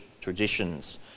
traditions